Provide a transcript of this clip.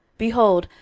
behold,